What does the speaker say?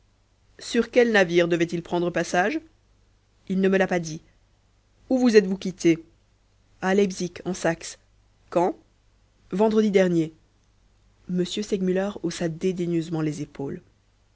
sur quel navire devait-il prendre passage il ne me l'a pas dit où vous êtes vous quittés à leipzig en saxe quand vendredi dernier m segmuller haussa dédaigneusement les épaules